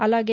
అలాగే